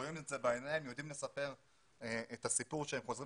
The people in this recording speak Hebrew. רואים את זה בעיניהם ויודעים לספר את הסיפור כשהם חוזרים